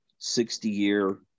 60-year